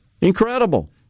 Incredible